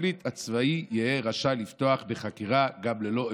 הפרקליט הצבאי הראשי יהא רשאי לפתוח בחקירה גם ללא עמדתו".